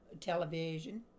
television